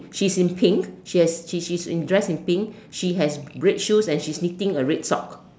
she's in pink she has she's she's dressed in pink she has red shoes and she's knitting a red sock